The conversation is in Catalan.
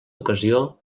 ocasió